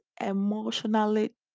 emotionally